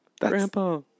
Grandpa